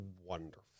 wonderful